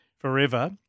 forever